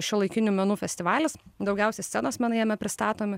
šiuolaikinių menų festivalis daugiausia scenos menai jame pristatomi